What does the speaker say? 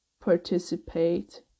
participate